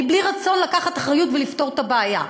בלי רצון לקחת אחריות ולפתור את הבעיה.